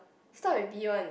start with B one